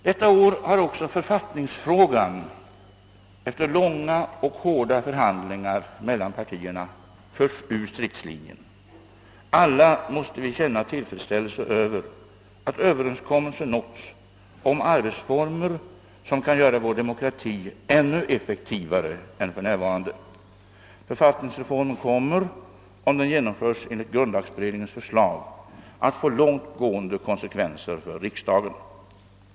Detta år har också författningsfrågan efter långa och hårda förhandlingar mellan partierna förts ur stridslinjen. Alla måste vi känna tillfredsställelse över att överenskommelse nåtts om arbetsformer som kan göra vår demokrati ännu effektivare än för närvarande. Författningsreformen kommer, om den genomförs enligt grundlagberedningens förslag, att få långt gående konsekvenser för riksdagen.